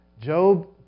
Job